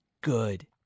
good